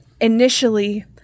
initially